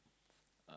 uh